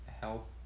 help